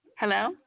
Hello